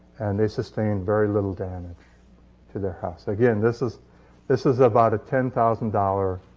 and they sustained very little damage to their house. again, this is this is about a ten thousand dollars